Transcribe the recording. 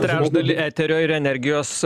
trečdalį eterio ir energijos